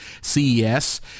ces